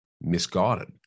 misguided